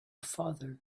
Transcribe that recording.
father